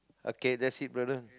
okay that's it brother